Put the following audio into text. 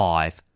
Five